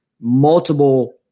multiple